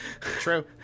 true